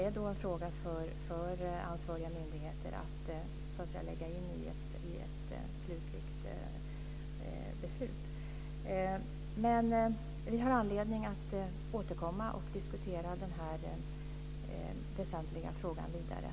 Det är en fråga för ansvariga myndigheter att lägga in i ett slutligt beslut. Vi har anledning att återkomma och diskutera denna väsentliga fråga vidare.